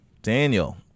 Daniel